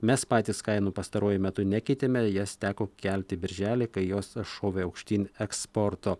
mes patys kainų pastaruoju metu nekeitėme jas teko kelti birželį kai jos šovė aukštyn eksporto